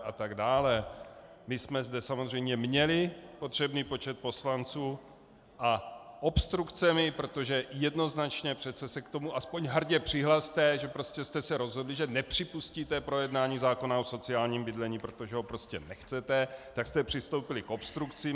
My jsme zde samozřejmě měli potřebný počet poslanců a obstrukcemi, protože jednoznačně se přece k tomu aspoň hrdě přihlaste, že jste se rozhodli, že nepřipustíte projednání zákona o sociálním bydlení, protože ho prostě nechcete, tak jste přistoupili k obstrukcím.